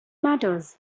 matters